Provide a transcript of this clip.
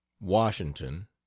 washington